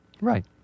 Right